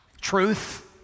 Truth